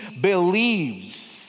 believes